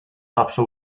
zawsze